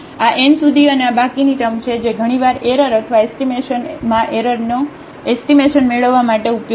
આ n સુધી અને આ બાકીની ટર્મ છે જે ઘણીવાર એરર અથવા એસ્ટીમેશનમાં એરરનો એસ્ટીમેશન મેળવવા માટે ઉપયોગી છે